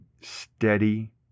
steady